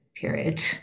period